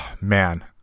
Man